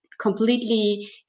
completely